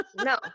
No